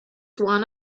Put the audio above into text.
one